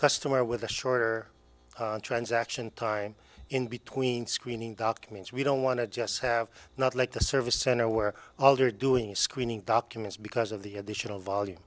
customer with a shorter transaction time in between screening documents we don't want to just have not like the service center where you're doing screening documents because of the additional volume